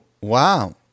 wow